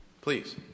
Please